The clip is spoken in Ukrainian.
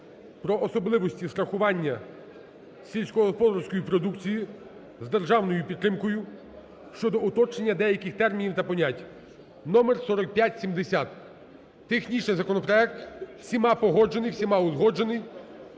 "Про особливості страхування сільськогосподарської продукції з державною підтримкою" (щодо уточнення деяких термінів та понять) (номер 4570). Технічний законопроект всіма погоджений, всіма узгоджений.